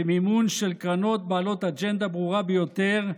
במימון של קרנות בעלות אג'נדה ברורה ביותר,